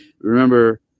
remember